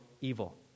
evil